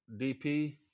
DP